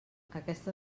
aquesta